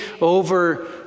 over